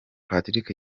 patrick